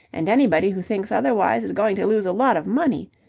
and anybody who thinks otherwise is going to lose a lot of money.